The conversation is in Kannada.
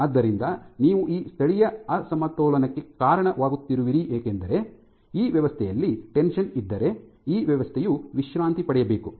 ಆದ್ದರಿಂದ ನೀವು ಈ ಸ್ಥಳೀಯ ಅಸಮತೋಲನಕ್ಕೆ ಕಾರಣವಾಗುತ್ತಿರುವಿರಿ ಏಕೆಂದರೆ ಈ ವ್ಯವಸ್ಥೆಯಲ್ಲಿ ಟೆನ್ಷನ್ ಇದ್ದರೆ ಈ ವ್ಯವಸ್ಥೆಯು ವಿಶ್ರಾಂತಿ ಪಡೆಯಬೇಕು